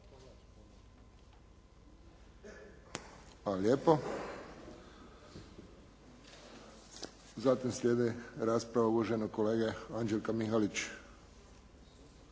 lijepo. Zatim slijedi rasprava uvaženog kolege Anđelka Mihalić.